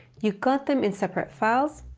you got them in separate files.